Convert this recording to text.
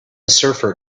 surfer